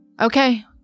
okay